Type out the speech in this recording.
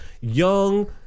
young